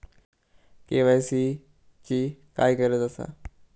KYC ची काय गरज आसा?